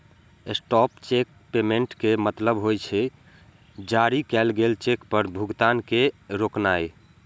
stop cheque payment के मतलब होइ छै, जारी कैल गेल चेक पर भुगतान के रोकनाय